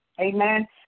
Amen